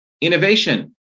Innovation